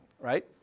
right